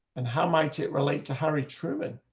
and how might it relate to harry truman